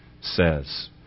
says